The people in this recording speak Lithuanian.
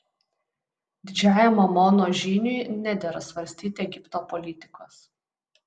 didžiajam amono žyniui nedera svarstyti egipto politikos